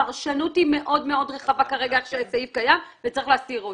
אומר שהפרשנות היא מאוד-מאוד רחבה וצריך להסיר זאת.